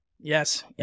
Yes